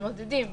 מתמודדות איתה.